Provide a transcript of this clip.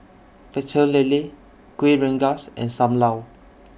Pecel Lele Kueh Rengas and SAM Lau